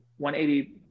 180